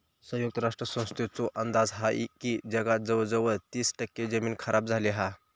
संयुक्त राष्ट्र संस्थेचो अंदाज हा की जगात जवळजवळ तीस टक्के जमीन खराब झाली हा